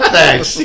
Thanks